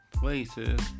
places